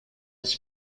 his